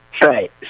Right